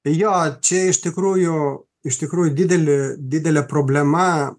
jo čia iš tikrųjų iš tikrųjų didelė didelė problema